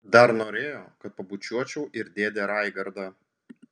dar norėjo kad pabučiuočiau ir dėdę raigardą